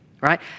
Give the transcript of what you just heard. Right